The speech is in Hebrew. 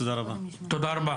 תודה רבה.